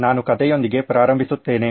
ನಾನು ಕಥೆಯೊಂದಿಗೆ ಪ್ರಾರಂಭಿಸುತ್ತೇನೆ